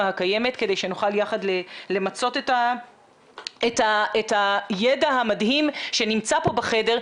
הקיימת כדי שנוכל יחד למצות את הידע המדהים שנמצא פה בחדר,